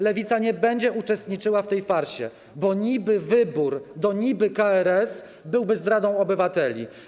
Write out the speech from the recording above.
Lewica nie będzie uczestniczyła w tej farsie, bo niby-wybór do niby-KRS byłby zdradą obywateli.